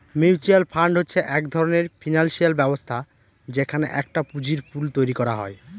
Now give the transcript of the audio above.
mutual fund হচ্ছে এক ধরনের ফিনান্সিয়াল ব্যবস্থা যেখানে একটা পুঁজির পুল তৈরী করা হয়